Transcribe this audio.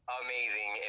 amazing